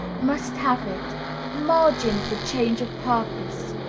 must have it margin for change of purpose,